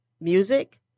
music